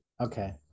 Okay